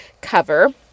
cover